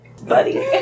Buddy